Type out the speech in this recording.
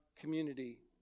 community